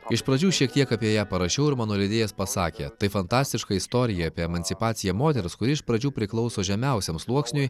iš pradžių šiek tiek apie ją parašiau ir mano leidėjas pasakė tai fantastiška istorija apie emancipaciją moters kuri iš pradžių priklauso žemiausiam sluoksniui